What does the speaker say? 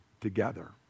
together